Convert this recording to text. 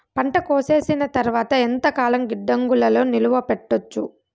పంట కోసేసిన తర్వాత ఎంతకాలం గిడ్డంగులలో నిలువ పెట్టొచ్చు?